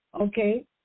okay